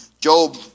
Job